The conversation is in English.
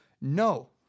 no